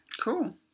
Cool